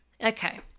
Okay